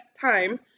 time